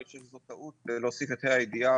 אני חושב שזו טעות להוסיף את ה' הידיעה